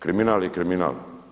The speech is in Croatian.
Kriminal je kriminal.